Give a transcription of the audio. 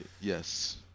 Yes